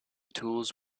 tools